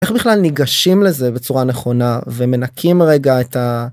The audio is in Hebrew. איך בכלל ניגשים לזה בצורה נכונה ומנקים רגע את ה.